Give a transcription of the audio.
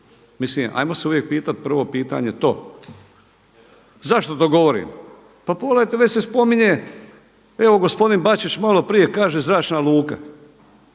Mislim hajmo se uvijek pitati prvo pitanje to. Zašto to govorim? Pa pogledajte već se spominje evo gospodin Bačić malo prije kaže zračna luka.